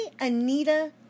Anita